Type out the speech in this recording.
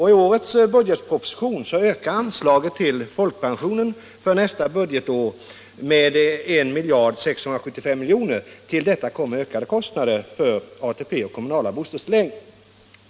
I årets budgetproposition stiger anslaget till folkpensionen för nästa budgetår med 1 675 milj.kr. Till detta kommer stegrade kostnader för ATP och kommunala bostadstillägg.